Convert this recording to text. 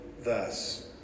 thus